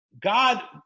God